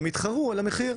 הם יתחרו על המחיר.